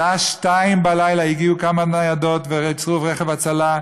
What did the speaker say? בשעה 02:00 הגיעו כמה ניידות ורכב הצלה,